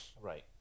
Right